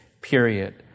period